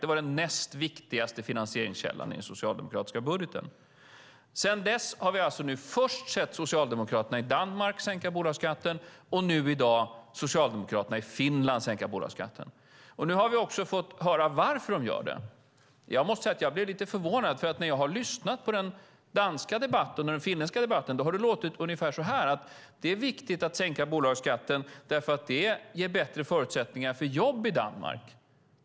Det var den näst viktigaste finansieringskällan i den socialdemokratiska budgeten. Sedan dess har vi först sett socialdemokraterna i Danmark sänka bolagsskatten och nu i dag sett Socialdemokraterna i Finland sänka bolagsskatten. Nu har vi också fått höra varför de gör det. Jag måste säga att jag blev lite förvånad. När jag har lyssnat på den danska och den finländska debatten har det låtit ungefär som att det är viktigt att sänka bolagsskatten eftersom det ger bättre förutsättningar för jobb i Danmark.